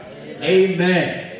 Amen